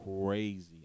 crazy